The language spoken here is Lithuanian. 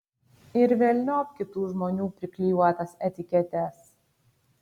ir velniop kitų žmonių priklijuotas etiketes